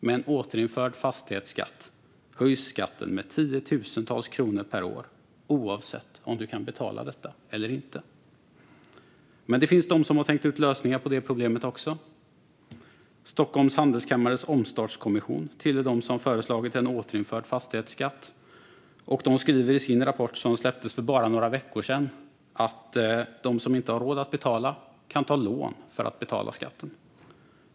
Med en återinförd fastighetsskatt höjs skatten med tiotusentals kronor per år, oavsett om du kan betala detta eller inte. Men det finns de som har tänkt ut lösningar på det problemet också. Stockholms Handelskammares omstartskommission tillhör dem som föreslagit en återinförd fastighetsskatt. De skriver i sin rapport, som släpptes för bara några veckor sedan, att de som inte har råd att betala kan ta lån för att betala skatten.